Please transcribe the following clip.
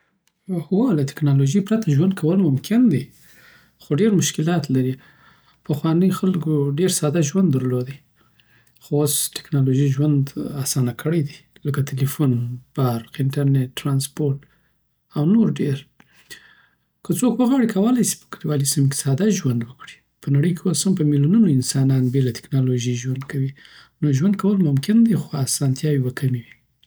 هو، له ټکنالوژۍ پرته ژوند کول ممکن دي خو ډیر مشکلات لری. پخوانوی خلکو ډېر ساده ژوند درلود. خو اوس ټکنالوژي ژوند اسان کړی دی، لکه تلفون، برق، انترنیت، ترانسپورت او نور ډیر. که څوک وغواړي، کولی شي په کلیوالو سیمو کې ساده ژوند وکړي. په نړی کی اوس هم په میلیونونو انسانان بی له تکنالوژی ژوند کوی. نو ژوند کول ممکن دي، خو اسانتیاوې به کمې وي.